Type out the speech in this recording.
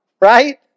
Right